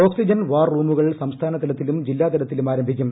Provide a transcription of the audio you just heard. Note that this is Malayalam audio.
ഓക്സിജൻ വാർ റൂമുകൾ സംസ്ഥാന തലത്തിലും ജില്ലാതലത്തിലും ആരംഭിക്കും